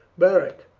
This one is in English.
beric?